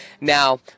Now